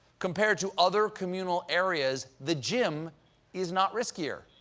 compared to other communal areas, the gym is not riskier.